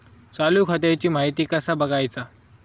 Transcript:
चालू खात्याची माहिती कसा बगायचा?